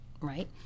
right